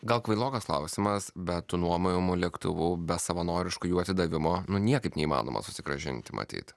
gal kvailokas klausimas bet tų nuomojamų lėktuvų be savanoriško jų atsidavimo nu niekaip neįmanoma susigrąžinti matyt